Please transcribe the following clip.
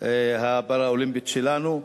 הפראלימפית שלנו,